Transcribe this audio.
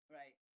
right